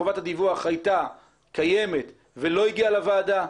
חובת הדיווח הייתה קיימת ולא הגיעה לוועדה.